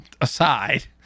aside